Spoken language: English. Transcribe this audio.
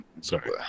Sorry